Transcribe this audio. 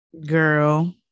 Girl